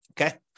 Okay